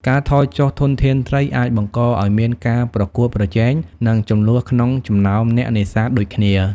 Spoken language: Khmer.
ការថយចុះធនធានត្រីអាចបង្កឱ្យមានការប្រកួតប្រជែង និងជម្លោះក្នុងចំណោមអ្នកនេសាទដូចគ្នា។